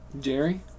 Jerry